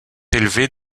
élevés